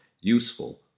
useful